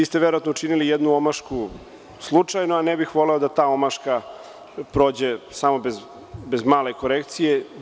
Vi ste verovatno učinili jednu omašku, slučajno, ali ne bih voleo da ta omaška prođe bez male korekcije.